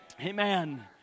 Amen